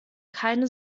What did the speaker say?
keine